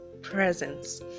presence